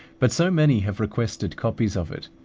but so many have requested copies of it,